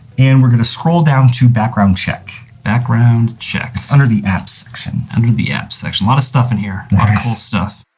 and we're going to scroll down to background check. background check. it's under the apps section. under the apps section. lot of stuff in here, lot of cool stuff.